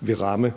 vil ramme